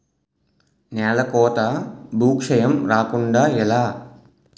నేలకోత భూక్షయం రాకుండ ఎలా?